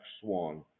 swan